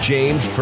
James